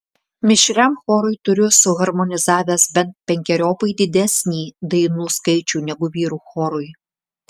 mišriam chorui turiu suharmonizavęs bent penkeriopai didesnį dainų skaičių negu vyrų chorui